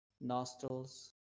nostrils